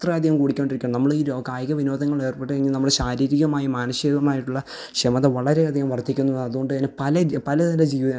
അത്രയധികം കൂടിക്കൊണ്ടിരിക്കുകയാണ് നമ്മൾ ഈ രോ കായിക വിനോദങ്ങളിലേര്പ്പെട്ട് കഴിഞ്ഞാൽ നമ്മള് ശാരീരികമായും മാനസികമായിട്ടുള്ള ക്ഷമത വളരെയധികം വര്ദ്ധിക്കുന്നു അതുകൊണ്ട് തന്നെ പല പലതരം ജീവിത